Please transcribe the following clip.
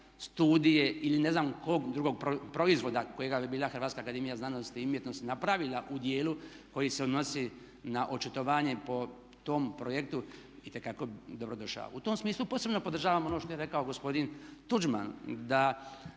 studije ili ne znam kog drugog proizvoda kojega je bila Hrvatska akademija znanosti i umjetnosti napravila u dijelu koji se odnosi na očitovanje po tom projektu itekako bi dobro došao. U tom smislu posebno podržavam ono što je rekao gospodin Tuđman da